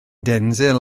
denzil